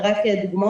זה רק דוגמאות,